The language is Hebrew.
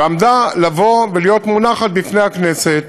ועמדה להיות מונחת בפני הכנסת.